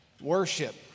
worship